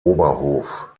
oberhof